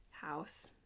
house